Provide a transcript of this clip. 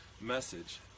message